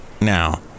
Now